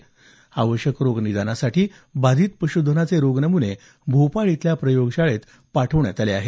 lumpy आवश्यक रोगनिदानासाठी बाधित पश्धनाचे रोग नमुने भोपाळ इथल्या प्रयोगशाळेत पाठवण्यात आले आहेत